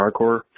hardcore